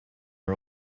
are